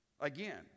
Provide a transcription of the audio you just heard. Again